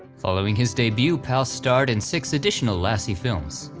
following his debut pal starred in six additional lassie films,